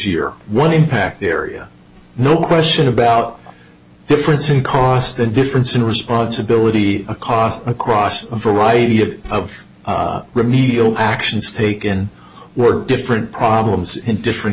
year one impact area no question about a difference in cost the difference in responsibility a cost across a variety of of remedial actions taken were different problems in different